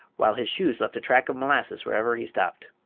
while his shoes left a track of molasses wherever he stepped.